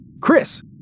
Chris